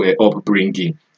upbringing